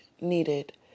needed